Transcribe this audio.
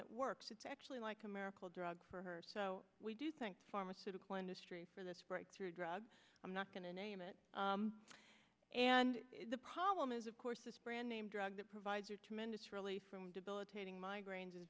that works it's actually like americal drug for her so we do think pharmaceutical industry for this breakthrough drug i'm not going to name it and the problem is of course this brand name drug that provides a tremendous relief from debilitating migraines is